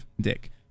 Dick